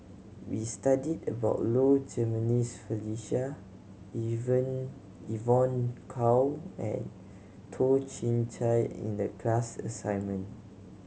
we studied about Low Jimenez Felicia Even Evon Kow and Toh Chin Chye in the class assignment